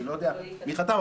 אני לא יודע מי חתם,